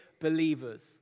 believers